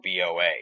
BOA